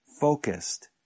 focused